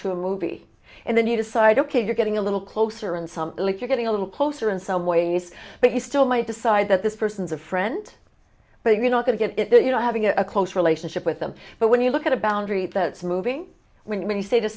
to a movie and then you decide ok you're getting a little closer and some look you're getting a little closer in some ways but you still might decide that this person's a friend but you're not going to get you know having a close relationship with them but when you look at a boundary that's moving when you say to